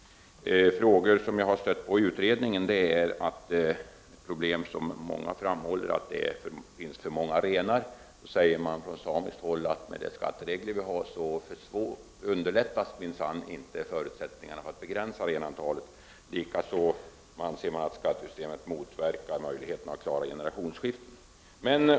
Frågor som jag har stött på i utredningen är att många framhåller det som ett problem att det finns för många renar. Från samiskt håll säger man, att med de skatteregler vi har underlättas minsann inte förutsättningarna för att begränsa renantalet. Likaså anser man att skattesystemet motverkar möjligheterna att klara generationsskiften.